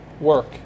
work